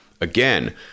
Again